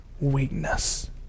weakness